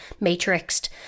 matrixed